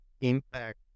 impact